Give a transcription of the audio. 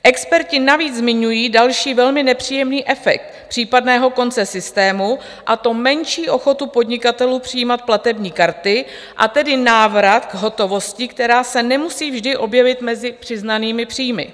Experti navíc zmiňují další velmi nepříjemný efekt případného konce systému, a to menší ochotu podnikatelů přijímat platební karty, a tedy návrat k hotovosti, která se nemusí vždy objevit mezi přiznanými příjmy.